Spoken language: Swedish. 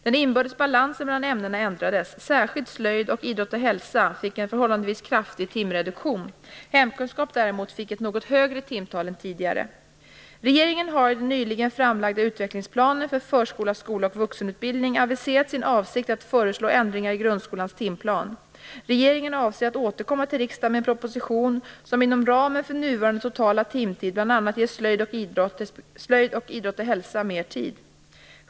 Den inbördes balansen mellan ämnena ändrades; särskilt slöjd och idrott och hälsa fick en förhållandevis kraftig timreduktion. Hemkunskap däremot fick ett något högre timtal än tidigare. Regeringen har i den nyligen framlagda utvecklingsplanen för förskola, skola och vuxenutbildning aviserat sin avsikt att föreslå ändringar i grundskolans timplan. Regeringen avser att återkomma till riksdagen med en proposition som inom ramen för nuvarande totala timtid bl.a. ger slöjd och idrott och hälsa mer tid.